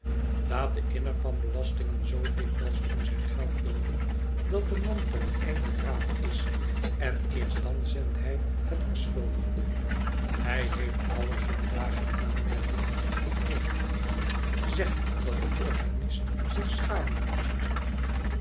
laat den inner van belastingen zoo dikwijls om zijn geld loopen dat de man ten einde raad is en eerst dan zendt hij het verschuldigde hij heeft alle zondagen aanmerkingen op de preek zegt dat de organist zich schamen moest